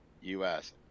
U-S